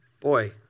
Boy